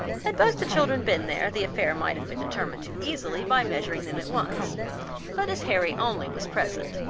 had both the children been there, the affair might have been determined too easily by measuring them at once but as harry only was present,